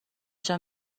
جان